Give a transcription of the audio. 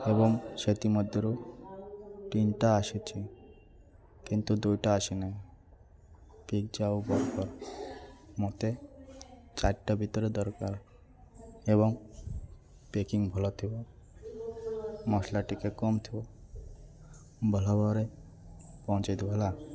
ଏବଂ ସେଥିମଧ୍ୟରୁ ତିନିଟା ଆସିଛିି କିନ୍ତୁ ଦୁଇଟା ଆସିନାହିଁ ପିଜ୍ଜା ଆଉ ବର୍ଗର ମୋତେ ଚାରିଟା ଭିତରେ ଦରକାର ଏବଂ ପେକିଂ ଭଲ ଥିବ ମସଲା ଟିକେ କମ୍ ଥିବ ଭଲ ଭାବରେ ପହଞ୍ଚେଇ ଦେବେ ହେଲା